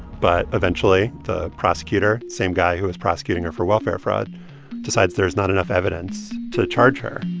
but eventually, the prosecutor same guy who was prosecuting her for welfare fraud decides there's not enough evidence to charge her